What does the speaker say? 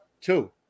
two